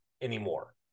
anymore